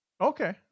Okay